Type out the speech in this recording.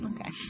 Okay